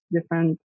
different